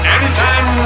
Anytime